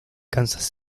kansas